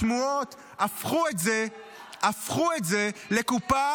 הפכו את זה לקופה